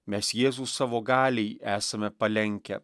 mes jėzų savo galiai esame palenkę